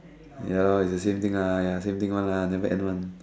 ya lor it's the same thing ah ya same thing one lah never end one